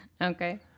Okay